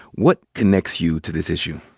what connects you to this issue?